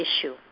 issue